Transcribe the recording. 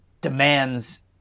demands